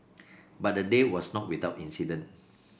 but the day was not without incident